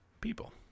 people